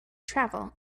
travel